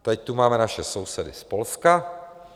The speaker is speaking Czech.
Teď tu máme naše sousedy z Polska.